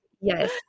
Yes